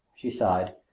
she sighed.